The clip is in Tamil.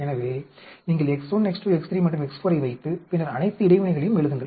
எனவே நீங்கள் X1 X2 X3 மற்றும் X4 ஐ வைத்து பின்னர் அனைத்து இடைவினைகளையும் எழுதுங்கள்